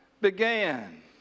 began